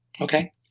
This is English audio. Okay